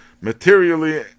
materially